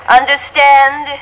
understand